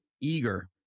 eager